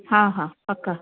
हा हा पक